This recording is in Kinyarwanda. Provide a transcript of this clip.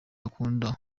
akunda